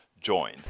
join